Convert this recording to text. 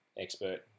expert